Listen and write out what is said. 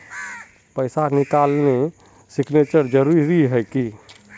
पैसा निकालने सिग्नेचर जरुरी है की?